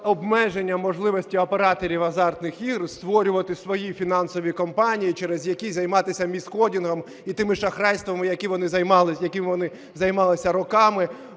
обмеження можливості операторів азартних ігор створювати свої фінансові компанії, через які займатися міскодингом і тими шахрайствами, якими вони займалися роками,